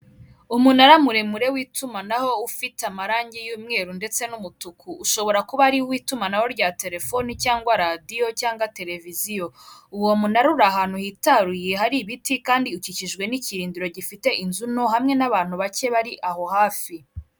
Umunara muremure w'itumanaho ufite amarangi y'umweru ndetse n'umutuku, ushobora kuba ari uw' itumanaho rya telefoni cyangwa radiyo cyangwa televiziyo, uwo munarura ahantu hitaruye hari ibiti, kandi ukikijwe n'ibirindiro, gifite inzu nto hamwe n'abantu bake bari aho hafi.